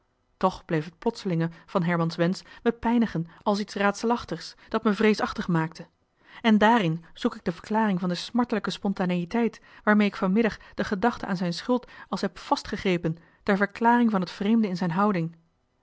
toch bleef het plotselinge van herman's wensch me pijnigen als iets raadselachtigs dat me vreesachtig maakte en daarin zoek ik de verklaring van de smartelijke spontaneïteit waarmee ik vanmiddag de gedachte aan zijn schuld als heb vastgegrepen ter verklaring van het vreemde in zijn houding